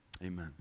Amen